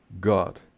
God